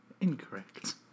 incorrect